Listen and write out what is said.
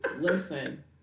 listen